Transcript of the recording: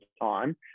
time